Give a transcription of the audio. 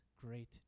great